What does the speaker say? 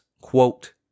quote